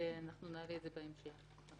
נעלה את זה בהמשך.